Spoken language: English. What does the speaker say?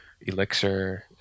Elixir